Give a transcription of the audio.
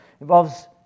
involves